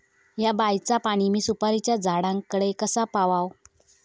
हया बायचा पाणी मी सुपारीच्या झाडान कडे कसा पावाव?